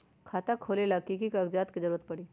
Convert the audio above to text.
खाता खोले ला कि कि कागजात के जरूरत परी?